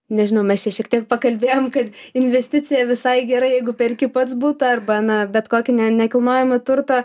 nežinau mes čia šiek tiek pakalbėjom kad investicija visai gera jeigu perki pats butą arba na bet kokį nekilnojamąjį turtą